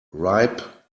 ripe